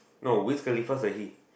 no Wiz Khalifa he